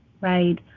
right